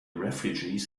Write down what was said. refugees